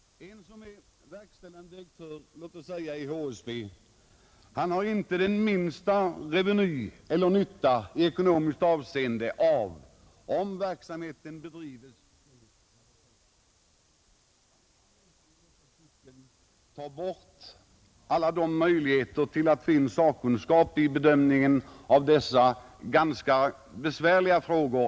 Den som är verkställande direktör, låt oss säga i HSB, har inte den minsta nytta i ekonomiskt avseende av om verksamheten bedrives så eller så. Man kan emellertid inte förhindra all tillgång till sakkunskap vid bedömningen av dessa ganska besvärliga frågor.